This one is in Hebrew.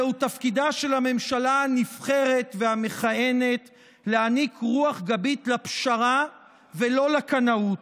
זהו תפקידה של הממשלה הנבחרת והמכהנת להעניק רוח גבית לפשרה ולא לקנאות.